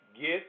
Get